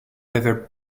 ever